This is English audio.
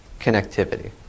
connectivity